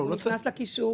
הוא נכנס לקישור.